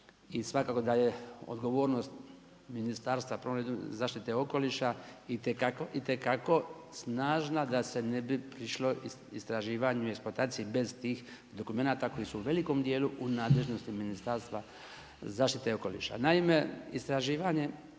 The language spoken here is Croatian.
i svakako da je odgovornost Ministarstva zaštite okoliša itekako snažna da se ne bi prišlo istraživanju i eksploataciji bez tih dokumenata koji su u velikom dijelu u nadležnosti Ministarstva zaštite okoliša.